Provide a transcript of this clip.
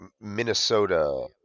Minnesota